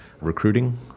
recruiting